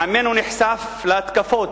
עמנו נחשף להתקפות.